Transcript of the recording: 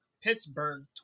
Pittsburgh